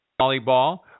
volleyball